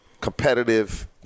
competitive